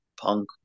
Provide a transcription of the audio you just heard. Punk